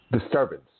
disturbance